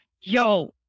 yo